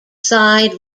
side